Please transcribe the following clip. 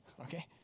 Okay